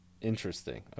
Interesting